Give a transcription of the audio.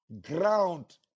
ground